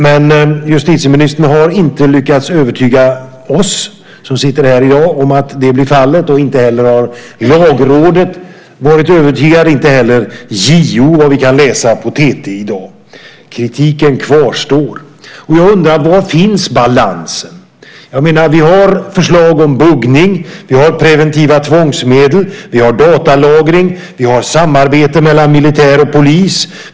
Men justitieministern har inte lyckats övertyga oss som sitter här i dag om att det blir fallet. Lagrådet har inte varit övertygat, och inte heller JO, enligt vad vi kan läsa på TT i dag. Kritiken kvarstår. Jag undrar: Var finns balansen? Vi har förslag om buggning. Vi har preventiva tvångsmedel. Vi har datalagring. Vi har samarbete mellan militär och polis.